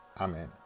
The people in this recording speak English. Amen